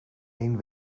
een